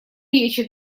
речи